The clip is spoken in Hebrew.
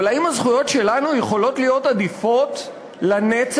אבל האם הזכויות שלנו יכולות להיות עדיפות לנצח